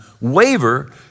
waver